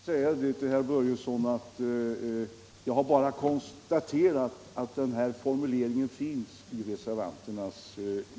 Näringsidkares rätt Herr talman! Jag vill gärna säga till herr Börjesson i Glömminge att = att föra talan enligt jag bara har konstaterat att den här formuleringen finns i reservationen.